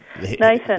Nathan